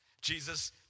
Jesus